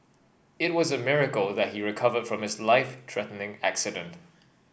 it was a miracle that he recovered from his life threatening accident